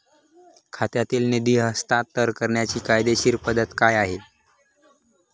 खात्यातील निधी हस्तांतर करण्याची कायदेशीर पद्धत काय आहे?